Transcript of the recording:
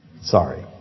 Sorry